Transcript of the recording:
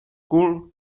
cul